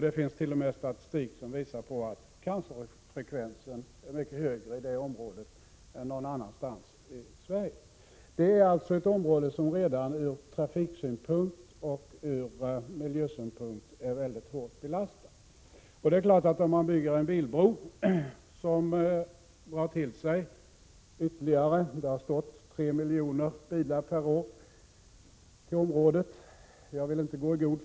Det finns t.o.m. statistik som visar att cancerfrekvensen är mycket högre i det området än någon annanstans i Sverige. Det är således ett område som redan är mycket hårt belastat ur trafikoch miljösynpunkt. Det är klart att om man bygger en bilbro som drar till sig ytterligare fordon, så blir ju inte dessa problem mindre — de måste bli större.